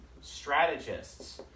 strategists